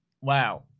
wow